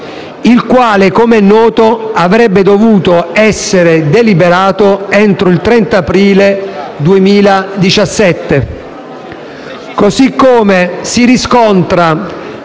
il quale, come noto, avrebbe dovuto essere deliberato entro il 30 aprile 2017,